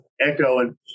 Echoing